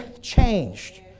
changed